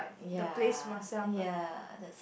ya ya that